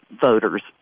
voters